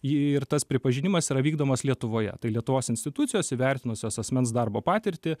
ji ir tas pripažinimas yra vykdomas lietuvoje tai lietuvos institucijos įvertinusios asmens darbo patirtį